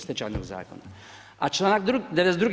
Stečajnog zakona, a članak 92.